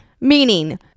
Meaning